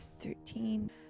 thirteen